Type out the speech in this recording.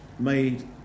made